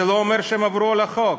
זה לא אומר שהם עברו על החוק.